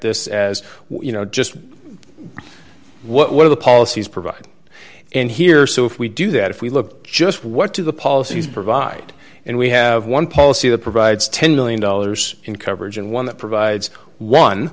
this as you know just what one of the policies provide in here so if we do that if we look just what do the policies provide and we have one policy that provides ten million dollars in coverage and one that provides one